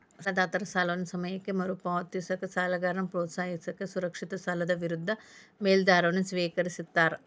ಸಾಲದಾತರ ಸಾಲವನ್ನ ಸಮಯಕ್ಕ ಮರುಪಾವತಿಸಕ ಸಾಲಗಾರನ್ನ ಪ್ರೋತ್ಸಾಹಿಸಕ ಸುರಕ್ಷಿತ ಸಾಲದ ವಿರುದ್ಧ ಮೇಲಾಧಾರವನ್ನ ಸ್ವೇಕರಿಸ್ತಾರ